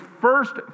first